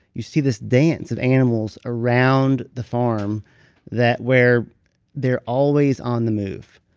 you see this dance of animals around the farm that. where they're always on the move.